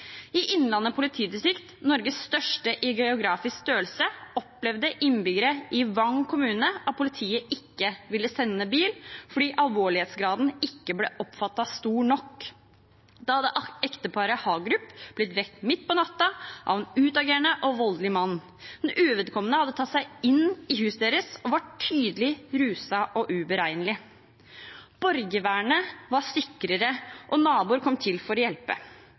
I Innlandet politidistrikt, Norges største i geografisk størrelse, opplevde innbyggere i Vang kommune at politiet ikke ville sende bil fordi alvorlighetsgraden ikke ble oppfattet som stor nok. Da hadde ekteparet Hagerup blitt vekket midt på natten av en utagerende og voldelig mann. En uvedkommende hadde tatt seg inn i huset deres og var tydelig ruset og uberegnelig. Borgervernet var sikrere, og naboer kom til for å hjelpe.